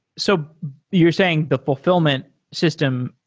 so you're saying the fulfillment system,